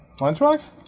Lunchbox